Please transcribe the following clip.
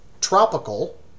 tropical